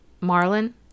Marlin